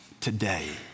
today